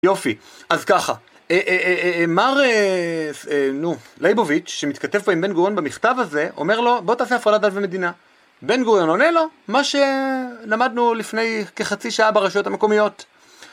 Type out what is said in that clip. יופי, אז ככה, נו, מר ליבוביץ', שמתכתב פה עם בן גוריון במכתב הזה, אומר לו, בוא תעשה הפרדת דת ממדינה. בן גוריון עונה לו, מה שלמדנו לפני כחצי שעה ברשויות המקומיות.